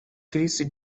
kris